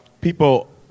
people